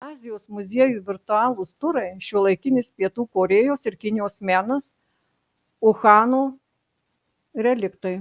azijos muziejų virtualūs turai šiuolaikinis pietų korėjos ir kinijos menas uhano reliktai